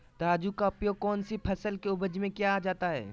तराजू का उपयोग कौन सी फसल के उपज में किया जाता है?